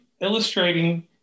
illustrating